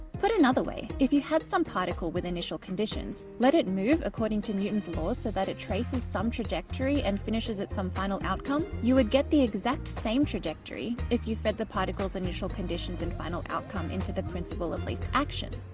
put in other way, if you had some particle with initial conditions, let it move according to newton's law so that it traces some trajectory and finishes at some final outcome you would get the exact same trajectory if you fit the particles, initial conditions and final outcome into the principle of least action.